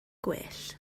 gwell